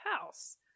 house